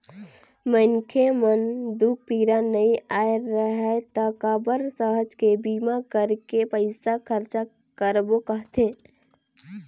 मनखे म दूख पीरा नइ आय राहय त काबर सहज के बीमा करके पइसा खरचा करबो कहथे